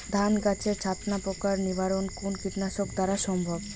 ধান গাছের ছাতনা পোকার নিবারণ কোন কীটনাশক দ্বারা সম্ভব?